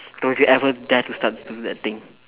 don't you ever dare to start to do that thing